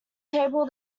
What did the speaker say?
table